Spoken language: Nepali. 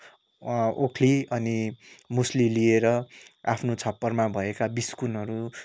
ओखली अनि मुसली लिएर आफ्नो छप्परमा भएका बिस्कुनहरू